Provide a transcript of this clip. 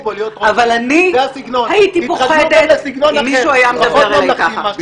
אבל אני הייתי פוחדת אם מישהו היה מדבר אלי כך.